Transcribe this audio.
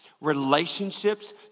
Relationships